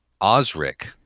osric